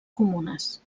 comunes